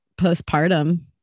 postpartum